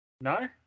No